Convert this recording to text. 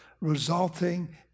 resulting